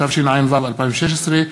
התשע"ו 2016,